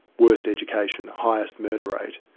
worst education, highest murder rate,